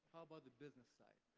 about the business side?